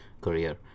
career